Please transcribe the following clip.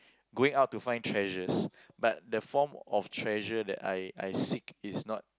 going out to find treasures but the form of treasure that I I seek is not